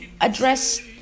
address